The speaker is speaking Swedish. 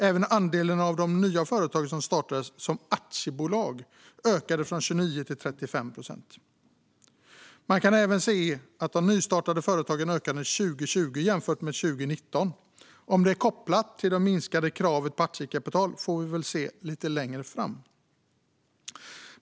Även andelen av de nya företagen som startades som aktiebolag ökade från 29 procent till 35 procent. Man kan även se att antalet nystartade företag ökade 2020 jämfört med 2019. Om det är kopplat till det minskade kravet på aktiekapital får vi se lite längre fram.